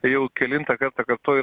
jau kelintą kartą kartoju